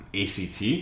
ACT